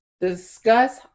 discuss